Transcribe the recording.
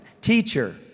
teacher